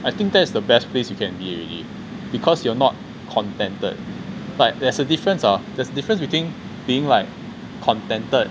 I think that's the best place you can be already because you're not contented but there's a difference ah there's a difference between being like contented